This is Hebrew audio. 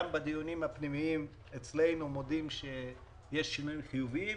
גם בדיונים הפנימיים אצלנו מודים שיש שינויים חיוביים.